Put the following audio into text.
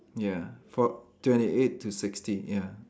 ya for~ twenty eight to sixty ya